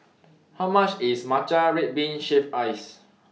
How much IS Matcha Red Bean Shaved Ice